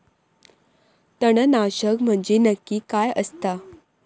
तणनाशक म्हंजे नक्की काय असता?